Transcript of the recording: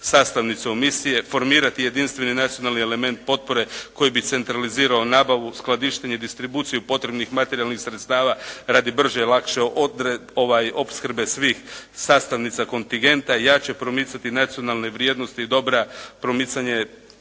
sastavnice u misiji, formirati jedinstveni nacionalni element potpore koji bi centralizirao nabavu, skladištenje i distribuciju potrebnih materijalnih sredstava radi brže i lakše opskrbe svih sastavnica kontingenta i jače promicati nacionalne vrijednosti i dobra, promicanje,